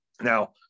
now